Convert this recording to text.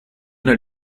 una